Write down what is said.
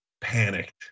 panicked